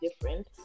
different